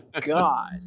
God